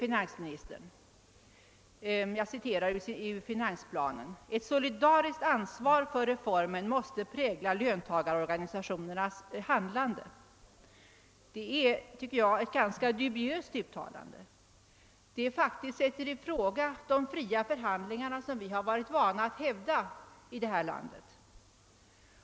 Finansministern säger i finansplanen att ett solidariskt ansvar för reformen måste prägla löntagarorganisationernas handlande. Det är, tycker jag, ett ganska dubiöst uttalande — det sätter faktiskt i fråga de fria förhandlingarna som vi varit vana att hävda i detta land.